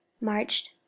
marched